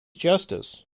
justice